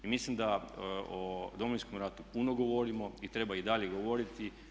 I mislim da o Domovinskom ratu puno govorimo i treba i dalje govoriti.